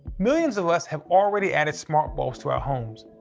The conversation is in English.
millions of us have already added smart bulbs to our homes,